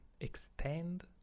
extend